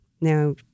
Now